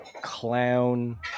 Clown